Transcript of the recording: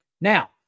Now